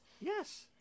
Yes